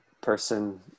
person